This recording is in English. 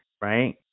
right